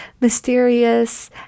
mysterious